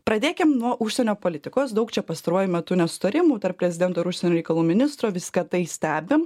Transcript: pradėkim nuo užsienio politikos daug čia pastaruoju metu nesutarimų tarp prezidento ir užsienio reikalų ministro viską tai stebim